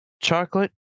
chocolate